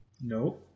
No